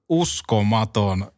uskomaton